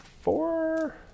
four